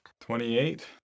Twenty-eight